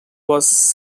was